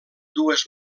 dues